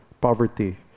poverty